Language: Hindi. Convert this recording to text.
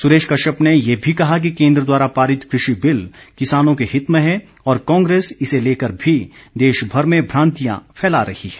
सुरेश कश्यप ने ये भी कहा कि केंद्र द्वारा पारित कृषि बिल किसानों के हित में है और कांग्रेस इसे लेकर भी देश भर में भ्रांतियां फैला रही है